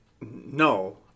No